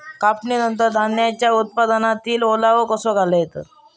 कापणीनंतर धान्यांचो उत्पादनातील ओलावो कसो घालवतत?